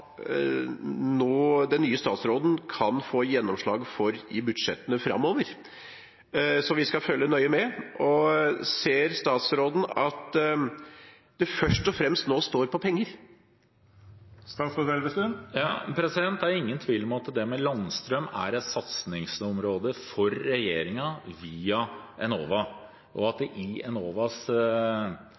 den nye statsråden kan få gjennomslag for i budsjettene framover, så vi skal følge nøye med. Ser statsråden at det først og fremst nå står på penger? Det er ingen tvil om at dette med landstrøm er et satsingsområde for regjeringen via Enova.